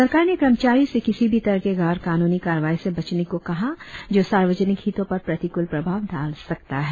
सरकार ने कर्मचारियों से किसी भी तरह के गैरकानूनी कार्रवाई से बचने को कहा जो सार्वजनिक हितों पर प्रतिकूल प्रभाव डाल सकता है